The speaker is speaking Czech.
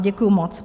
Děkuju moc.